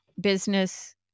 business